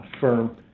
firm